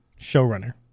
showrunner